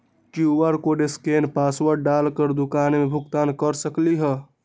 QR code scan password डाल कर दुकान में भुगतान कर सकलीहल?